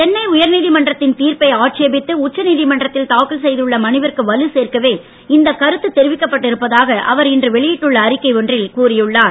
சென்னை உயர் நீதிமன்றத்தின் தீர்ப்பை ஆட்சேபித்து உச்ச நீதிமன்றத்தில் தாக்கல் செய்துள்ள மனுவிற்கு வலு சேர்க்கவே இந்த கருத்து தெரிவிக்கப்பட்டு இருப்பதாக அவர் இன்று வெளியிட்டுள்ள அறிக்கை ஒன்றில் கூறியுள்ளார்